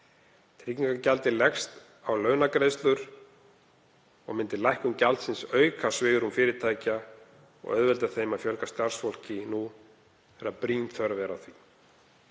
Tryggingagjaldið leggst á launagreiðslur og myndi lækkun gjaldsins auka svigrúm fyrirtækja og auðvelda þeim að fjölga starfsfólki nú þegar brýn þörf er á því.